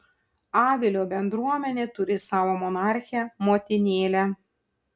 avilio bendruomenė turi savo monarchę motinėlę